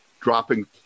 dropping